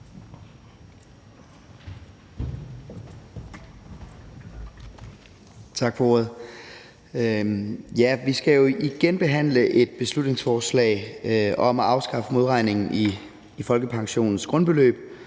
Tak for ordet. Vi skal jo igen behandle et beslutningsforslag om at afskaffe modregningen i folkepensionens grundbeløb